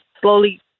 slowly